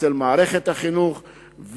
גם במערכת החינוך,